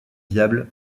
viables